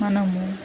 మనము